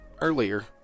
earlier